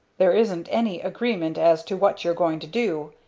there isn't any agreement as to what you're going to do,